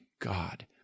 God